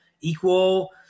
equal